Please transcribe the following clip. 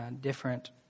different